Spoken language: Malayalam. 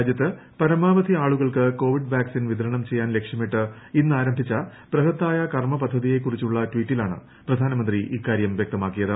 രാജ്യത്ത് പരമാവധി ആളുകൾക്ക് കോവിഡ് വാക്സിൻ വിതരണം ചെയ്യാൻ ലക്ഷ്യമിട്ട് ഇന്നാരംഭിച്ച ബൃഹത്തായ കർമപദ്ധതിയെക്കുറിച്ചുള്ള ട്വീറ്റിലാണ് പ്രധാനമന്ത്രി ഇക്കാര്യം വ്യക്തമാക്കിയത്